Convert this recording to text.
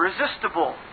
irresistible